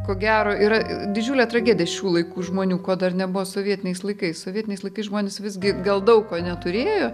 ko gero yra didžiulė tragedija šių laikų žmonių ko dar nebuvo sovietiniais laikais sovietiniais laikais žmonės visgi gal daug ko neturėjo